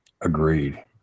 Agreed